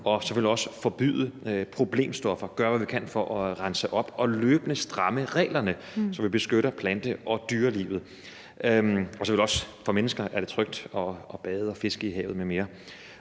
og selvfølgelig også forbyde problemstoffer og gøre, hvad vi kan for at rense op, og løbende stramme reglerne, så vi beskytter plante- og dyrelivet – og så i øvrigt også for mennesker sikre, at det er trygt at bade og fiske i havet m.m.